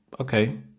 Okay